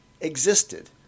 existed